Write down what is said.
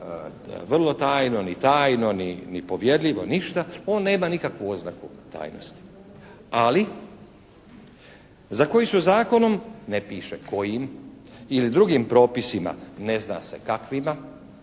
vrlo tajno, ni tajno, ni povjerljivo, ništa. On nema nikakvu oznaku tajnosti. Ali za koji su zakonom ne piše kojim ili drugim propisima, ne zna se kakvima